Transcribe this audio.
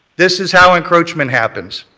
this is how encroachment happens.